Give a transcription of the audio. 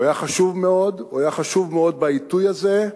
הוא היה חשוב מאוד, הוא היה חשוב מאוד בעיתוי הזה,